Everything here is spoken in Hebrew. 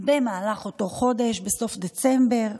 במהלך אותו חודש, בסוף דצמבר,